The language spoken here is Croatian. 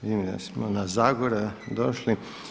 Vidim da smo na Zagora došli.